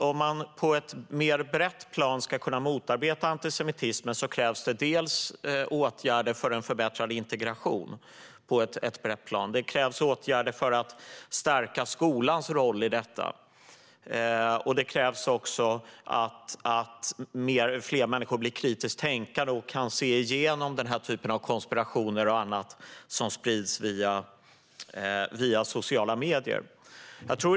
Om man ska kunna motarbeta antisemitismen på ett brett plan krävs det dels åtgärder för förbättrad integration, dels åtgärder för att stärka skolans roll i detta, dels att fler människor blir kritiskt tänkande och kan se igenom den typen av konspirationer och annat som sprids via sociala medier.